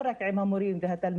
לא רק עם המורים והתלמידים,